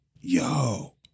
Yo